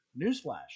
Newsflash